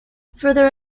further